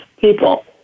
people